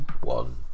one